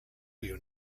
you